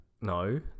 No